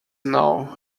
now